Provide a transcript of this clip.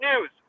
News